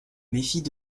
méfient